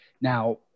Now